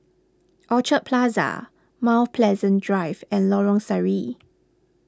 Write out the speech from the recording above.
Orchard Plaza Mount Pleasant Drive and Lorong Sari